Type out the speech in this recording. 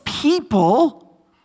people